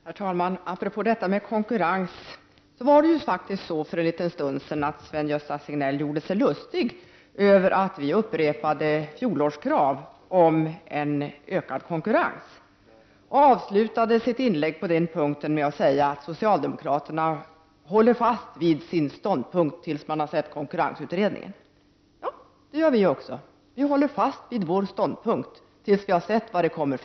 Herr talman! Apropå detta med konkurrens så var det faktiskt så för en liten stund sedan att Sven-Gösta Signell gjorde sig lustig över att vi moderater upprepade fjolårskrav om ökad konkurrens. Han avslutade sitt inlägg på den punkten med att säga att socialdemokraterna håller fast vid sin ståndpunkt tills de sett konkurrensutredningens förslag. Ja, det gör vi också! Vi håller fast vid vår ståndpunkt tills vi har sett de förslag som kommer.